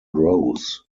grows